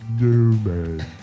Newman